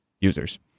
users